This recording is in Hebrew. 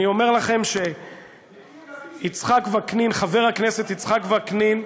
אני אומר לכם שחבר הכנסת יצחק וקנין,